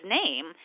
name